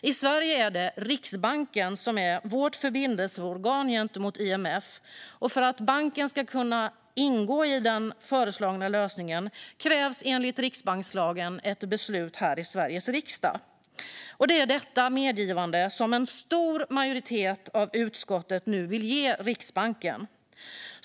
I Sverige är det Riksbanken som är vårt förbindelseorgan gentemot IMF. För att banken ska kunna ingå i den föreslagna lösningen krävs enligt riksbankslagen ett beslut här i Sveriges riksdag. Det är detta medgivande som en stor majoritet av utskottet nu vill ge Riksbanken.